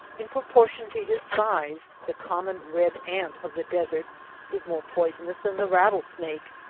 in propor tion to his size the common red ant of the desert is more poisonous than the rattlesnake.